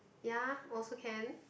ya also can